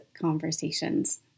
conversations